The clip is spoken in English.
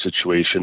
situation